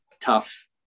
Tough